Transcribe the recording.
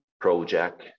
project